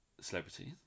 celebrities